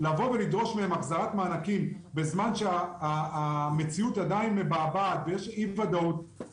לבוא ולדרוש מהם החזרת מענקים בזמן שהמציאות עדין מבעבעת ויש אי-ודאות,